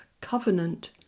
covenant